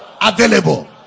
Available